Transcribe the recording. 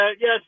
yes